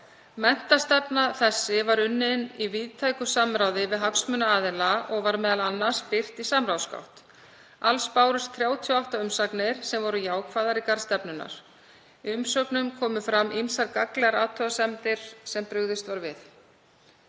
Menntastefna þessi var unnin í víðtæku samráði við hagsmunaaðila og var m.a. birt í samráðsgátt. Alls bárust 38 umsagnir sem voru jákvæðar í garð stefnunnar. Í umsögnum komu fram ýmsar gagnlegar athugasemdir sem brugðist var við.